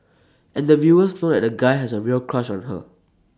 and the viewers know that the guy has A real crush on her